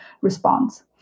response